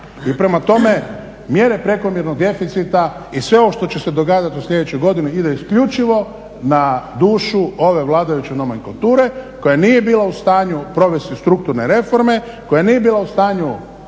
I prema tome, mjere prekomjernog deficita i sve ovo što će se događati u sljedećoj godini ide isključivo na dušu ove vladajuće nomenklature koja nije bila u stanju provesti strukturne reforme, koja nije bila u stanju